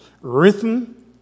written